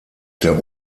der